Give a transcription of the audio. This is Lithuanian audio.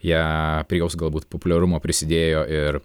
ją prie jos galbūt populiarumo prisidėjo ir